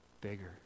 bigger